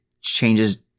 changes